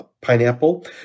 pineapple